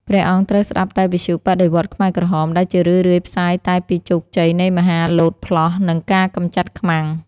ព្រះអង្គត្រូវស្ដាប់តែវិទ្យុបដិវត្តន៍ខ្មែរក្រហម ដែលជារឿយៗផ្សាយតែពីជោគជ័យនៃមហាលោតផ្លោះ និងការកម្ចាត់ខ្មាំង។